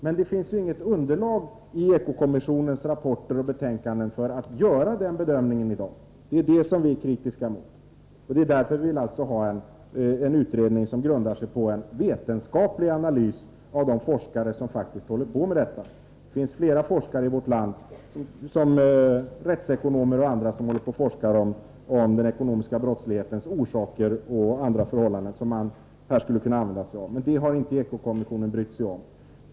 Men det finns i Eko-kommissionens rapporter och betänkanden inget underlag för att göra dessa bedömningar i dag. Det är detta som vi är kritiska mot, och det är därför vi vill ha en utredning som grundar sig på en vetenskaplig analys, utförd av de forskare som faktiskt sysslar med detta. Det finns flera forskare i vårt land — rättsekonomer och andra — som i dag forskar rörande den ekonomiska brottslighetens orsaker och andra förhållanden. Denna forskning skulle man kunna använda sig av, men det har inte Eko-kommissionen brytt sig om.